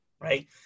right